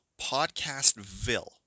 PodcastVille